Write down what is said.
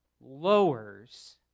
lowers